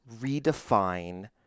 redefine